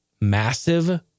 massive